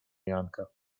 janka